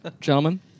Gentlemen